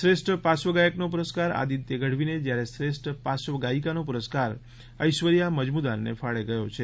શ્રેષ્ઠ પાર્શ્વ ગાયકનો પુરસ્કાર આદિત્ય ગઢવીને જ્યારે શ્રેષ્ઠ પાર્શ્વગાયિકાનો પુરસ્કાર ઐશ્વર્યા મજમુદારને ફાળે ગયો છે